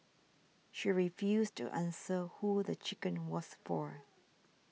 she refused to answer who the chicken was for